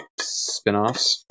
spinoffs